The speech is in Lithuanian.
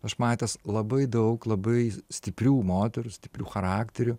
aš matęs labai daug labai stiprių moterų stiprių charakterių